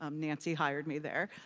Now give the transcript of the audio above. um nancy hired me there,